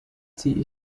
ziehe